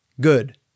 Good